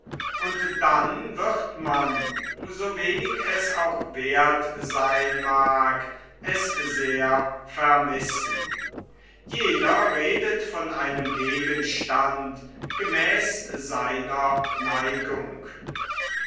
und dann wird man so wenig es auch werth seyn mag es sehr vermissen jeder redet von einem gegenstand gemäß seiner neigung